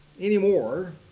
anymore